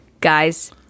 Guys